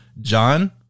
John